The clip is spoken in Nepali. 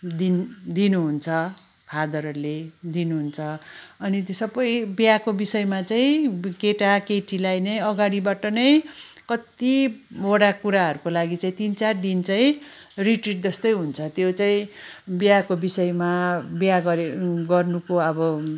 दिन दिनुहुन्छ फादरहरूले दिनुहुन्छ अनि त्यो सबै बिहेको विषयमा चाहिँ अब केटा केटीलाई नै अगाडिबाट नै कतिवटा कुराहरूको लागि चाहिँ तिन चार दिन चाहिँ रिट्रिट जस्तै हुन्छ त्यो चाहिँ बिहेको विषयमा बिहे गरे गर्नुको अब